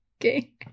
okay